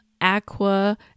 aqua